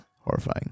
Horrifying